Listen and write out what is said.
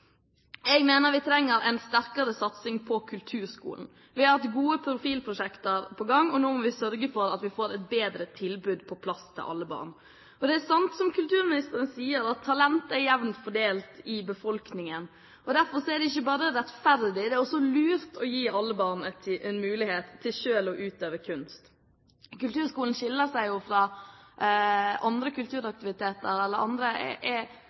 Jeg mener vi trenger en sterkere satsing på kulturskolen. Vi har hatt gode profilprosjekter i gang, og nå må vi sørge for at vi får et bedre tilbud på plass til alle barn. For det er sant som kulturministeren sier, at talentet er jevnt fordelt i befolkningen. Derfor er det ikke bare rettferdig, det er også lurt å gi alle barn en mulighet til selv å utøve kunst.